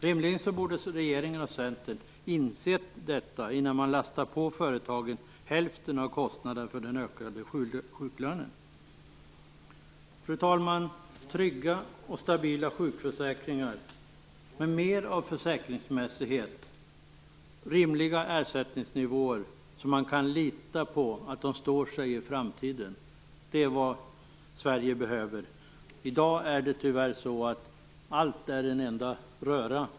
Rimligen borde regeringen och Centern insett detta innan man lastar på företagen hälften av kostnaderna för den ökade sjuklönen. Fru talman! Trygga och stabila sjukförsäkringar med mer av försäkringsmässighet och rimliga ersättningsnivåer som man kan lita på står sig i framtiden är vad Sverige behöver. I dag är det tyvärr så att allt är en enda röra.